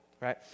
right